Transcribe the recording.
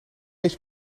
eens